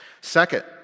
Second